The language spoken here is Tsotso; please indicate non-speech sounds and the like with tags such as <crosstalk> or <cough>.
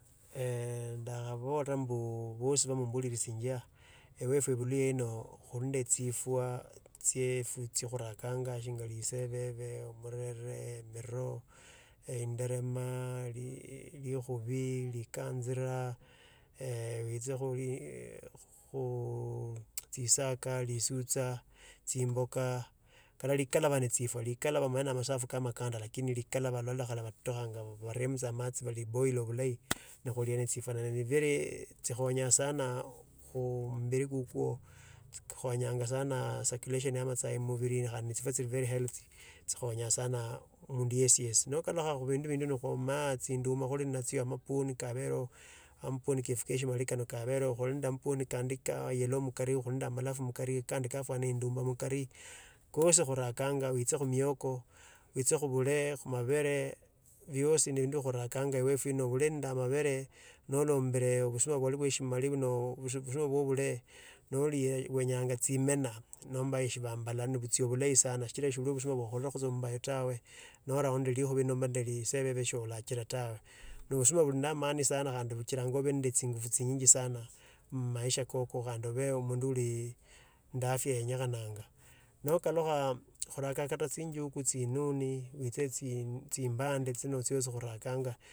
eeh ndakhobora mbu busi bhabomboli lisinchia, ewefwe buluhya ino khuli nande tsifua tsiefu tsiokhuranga shinya lisebebe no murere, miroo ,inderema ,lii likhubi, likansira ee witsira kholii ee khoo <unintelligible> tsisaka tsisucha tsimboka kalali likhalaba ne tsiriwa likhalaba omanyela na omatsafu ke amakanda lakini nota khali batoto khanya baremo tsia amatsi ne liboilo bulahi nekhulia. Tsikhonyanga sana mumbiri kukwo tsikhonyanga circulation ya amatsahi mubili khandi ne tsifwa chili very healthy tsi khonya sana mundu yesi yesi. Nikalukha khu bindi tsinduma khuli nnatsio amapwoni kabereho amapwoni kef uke shimali kano kabereho khuli nende akandi ka yellow mukari amalofu mukari kandi kafwana tsinduma mukari kosi khurakanya. Oitse khumioko khubule khamabale biosi na bindu khurakanga wefwe ino obule nende omabele norombele obusuma bwoli bwe shimoli buno noli oenyanga tsimena nomba eshivambala nobutsia bulahi sana sichira sibuli tsa obusuma bwa okhorakho ombayo tawe. No raha lixhubi nende liseoebe surachila faure. Na husuma huli namani sana khandi butsiranga. Obi nenda tsingufu tsinyinyi sana mumaisha koko khande obe omundu oli nanda afya enenyekhananga nokolukha, khurakanga kato tsinjuku tsinuni tsimbando tsino biosi khurakanga.